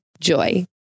Joy